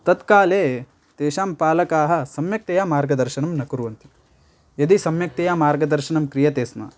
तत् काले तेषां पालकाः सम्यक्तया मार्गदर्शनं न कुर्वन्ति यदि सम्यक्तया मार्गदर्शनं क्रियते स्म